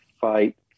fight